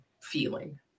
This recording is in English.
feeling